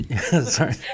Sorry